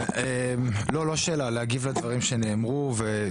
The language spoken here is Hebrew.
לא שאלה אלא להגיב לדברים שנאמרו.